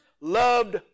loved